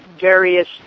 various